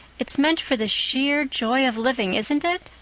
it's meant for the sheer joy of living, isn't it?